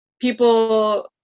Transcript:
people